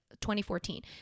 2014